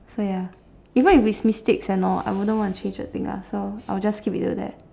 so ya even if it's mistakes and all I wouldn't want to change a thing lah so I'll just keep it to that